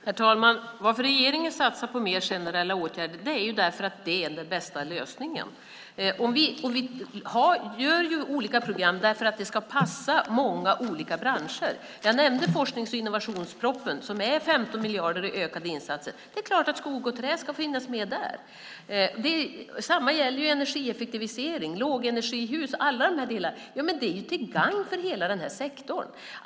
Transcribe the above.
Herr talman! Anledningen till att regeringen satsar på mer generella åtgärder är att det är den bästa lösningen. Vi har olika program därför att det ska passa många olika branscher. Jag nämnde forsknings och innovationspropositionen som betyder 15 miljarder i ökade insatser. Det är klart att skogs och träindustrin ska finnas med där. Detsamma gäller energieffektivisering, lågenergihus, alla de här delarna. Det är ju till gagn för hela den här sektorn.